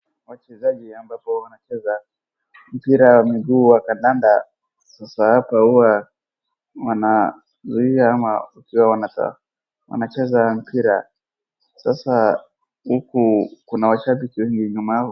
Wachezaji ambapo wanacheza mpira wa miguu wa kandanda. Sasa hapa huwa wanazuia ama kupewa nafasi wanacheza mpira. Sasa huku kuna washabiki wengi nyuma yao...